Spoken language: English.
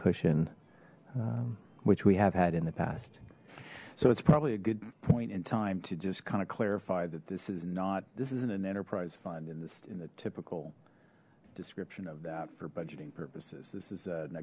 cushion which we have had in the past so it's probably a good point in time to just kind of clarify that this is not this isn't an enterprise fund in this in a typical description of that for budgeting purposes this is an